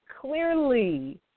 clearly